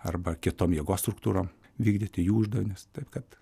arba kitom jėgos struktūrom vykdyti jų uždavinius taip kad